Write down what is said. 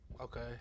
Okay